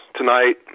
tonight